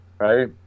right